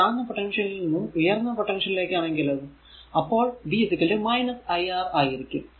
ഇനി താഴ്ന്ന പൊട്ടൻഷ്യലിൽ നിന്നും ഉയർന്ന പൊട്ടൻഷ്യലിലേക്കാണ് എങ്കിലോ അപ്പോൾ v i R ആയിരിക്കും